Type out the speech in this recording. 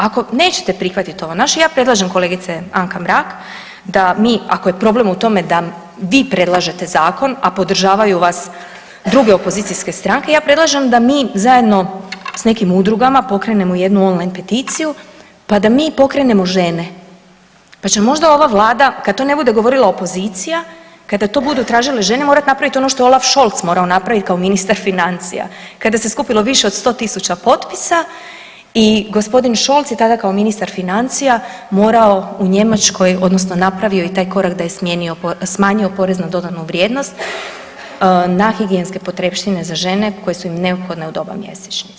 Ako nećete prihvatiti ovaj naš, ja predlažem, kolegice Anka Mrak, da mi, ako je problem u tome da vi predlažete zakon, a podržavaju vas druge opozicijske stranke, ja predlažem da mi, zajedno s nekim udrugama pokrenemo jednu online peticiju pa da mi pokrenemo žene pa će možda ova Vlada kad to ne bude govorila opozicija, kada to budu tražile žene, morati napraviti ono što je Olaf Scholz morao napraviti kao ministar financija kada se skupilo više od 100 tisuća potpisa i g. Scholz je tada kao ministar financija morao u Njemačkoj, odnosno napravio je i taj korak da je smijenio, smanjio porez na dodanu vrijednost na higijenske potrepštine za žene koje su im neophodne u doba mjesečnice.